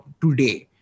today